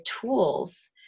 tools